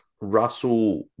Russell